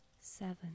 seven